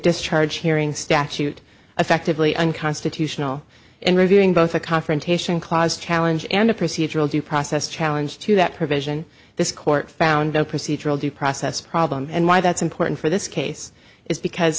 discharge hearing statute effectively unconstitutional and reviewing both a confrontation clause challenge and a procedural due process challenge to that provision this court found no procedural due process problem and why that's important for this case is because